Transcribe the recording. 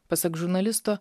pasak žurnalisto